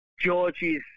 George's